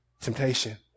temptation